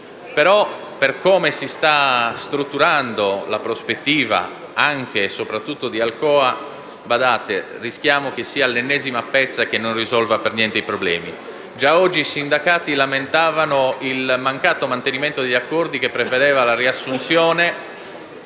ma per come si sta strutturando la prospettiva, anche e soprattutto di Alcoa, rischiamo che sia l'ennesima pezza che non risolve per niente i problemi. Già oggi i sindacati lamentavano il mancato mantenimento degli accordi che prevedevano la riassunzione